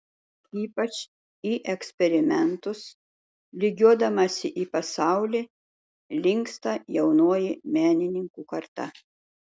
ypač į eksperimentus lygiuodamasi į pasaulį linksta jaunoji menininkų karta